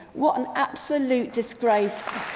what an absolute disgrace.